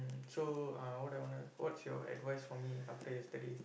so uh what I wanna what's your advice for me after yesterday